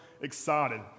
excited